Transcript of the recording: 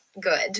good